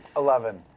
eleven.